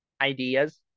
ideas